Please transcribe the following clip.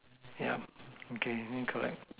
yup okay need to collect